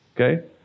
okay